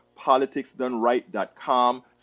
politicsdoneright.com